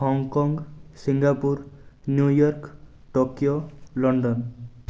Hong Kong Singapore New York Tokyo London